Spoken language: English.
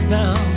now